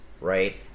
right